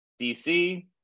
DC